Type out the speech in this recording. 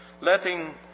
letting